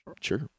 sure